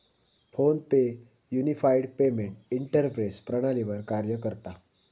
phone पे unified payment interface प्रणालीवर कार्य करता